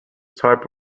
type